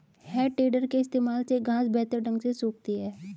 है टेडर के इस्तेमाल से घांस बेहतर ढंग से सूखती है